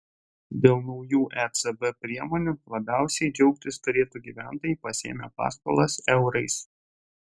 dėl naujų ecb priemonių labiausiai džiaugtis turėtų gyventojai pasiėmę paskolas eurais